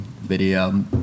video